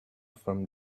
from